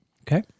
Okay